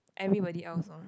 everybody else lor